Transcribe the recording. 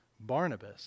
Barnabas